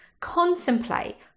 contemplate